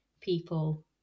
people